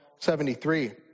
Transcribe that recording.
73